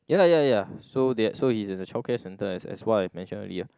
ya lah ya ya ya so that so he's in a childcare center as as what I mention already ah